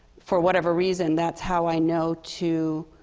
for whatever reason, that's how i know to